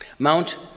Mount